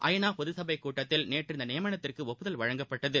ஐ நா பொதுசபைக் கூட்டத்தில் நேற்று இந்தநியமனத்துக்குஒப்புதல் வழங்கப்பட்டது